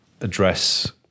address